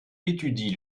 étudie